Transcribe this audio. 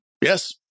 yes